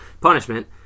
Punishment